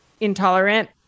intolerant